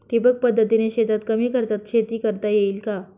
ठिबक पद्धतीने शेतात कमी खर्चात शेती करता येईल का?